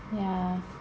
yeah